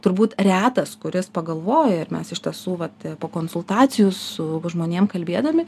turbūt retas kuris pagalvoja ir mes iš tiesų vat po konsultacijų su žmonėm kalbėdami